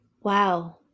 wow